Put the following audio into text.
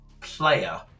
player